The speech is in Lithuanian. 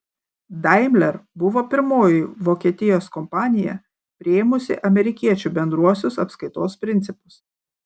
daimler buvo pirmoji vokietijos kompanija priėmusi amerikiečių bendruosius apskaitos principus